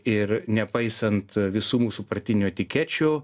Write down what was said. ir nepaisant visų mūsų partinių etikečių